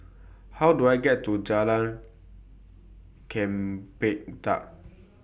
How Do I get to Jalan Chempedak